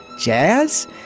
Jazz